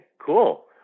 cool